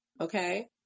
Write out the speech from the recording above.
Okay